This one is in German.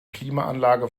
klimaanlage